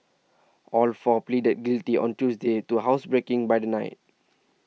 all four pleaded guilty on Tuesday to housebreaking by the night